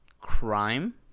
crime